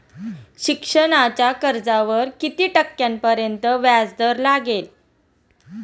शिक्षणाच्या कर्जावर किती टक्क्यांपर्यंत व्याजदर लागेल?